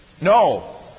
No